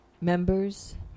members